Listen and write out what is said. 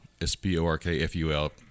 S-P-O-R-K-F-U-L